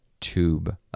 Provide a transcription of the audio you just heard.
tube